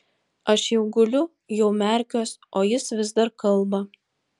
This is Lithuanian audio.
aš jau guliu jau merkiuos o jis vis dar kalba